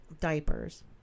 diapers